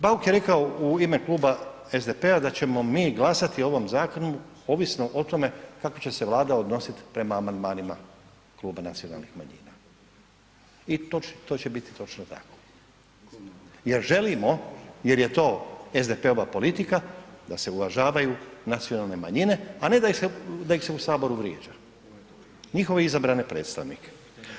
Bauk je rekao u ime kluba SDP-a da ćemo mi glasati o ovom zakonu ovisno o tome kako će se Vlada odnosit prema amandmanima kluba nacionalnih manjina i to će biti točno tako jer želimo, jer je to SDP-ova politika, da se uvažavaju nacionalne manjine a ne da ih se u Saboru vrijeđa njihove izabrane predstavnike.